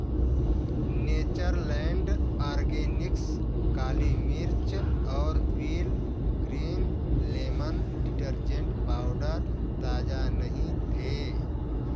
nature Land Organics काली मिर्च और Wheel Green Lemon detergent powder ताज़ा नहीं थे